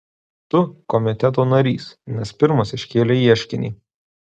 tu komiteto narys nes pirmas iškėlei ieškinį